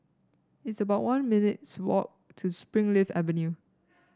it's about one minutes' walk to Springleaf Avenue